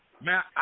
Man